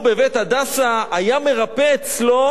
ב"בית הדסה" הוא היה מרפא אצלו